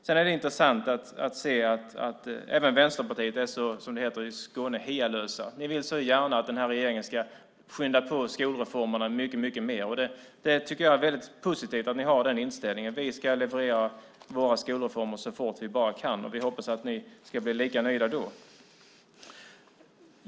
Sedan är det intressant att se att även Vänsterpartiet är så, som det heter i Skåne, hialösa. Ni vill så gärna att den här regeringen ska skynda på skolreformerna mycket mer. Jag tycker att det är väldigt positivt att ni har den inställningen. Vi ska leverera våra skolreformer så fort vi bara kan. Vi hoppas att ni ska bli lika nöjda då.